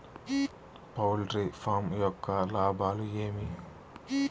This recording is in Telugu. పౌల్ట్రీ ఫామ్ యొక్క లాభాలు ఏమి